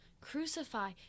Crucify